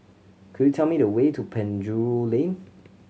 could you tell me the way to Penjuru Lane